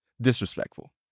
disrespectful